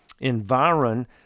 environ